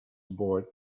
board